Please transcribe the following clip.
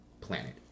planet